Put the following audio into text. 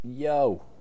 Yo